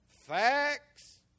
Facts